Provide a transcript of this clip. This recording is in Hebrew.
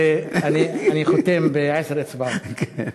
על זה אני חותם בעשר אצבעות.